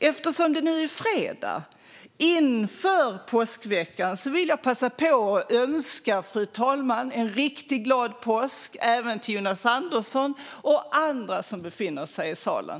Eftersom det nu är fredag inför påskveckan vill jag passa på att önska fru talman en riktigt glad påsk, och även till Jonas Andersson och andra som befinner sig i salen.